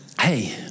hey